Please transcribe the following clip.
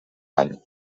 any